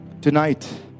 tonight